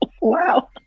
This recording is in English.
Wow